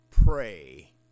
pray